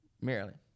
Maryland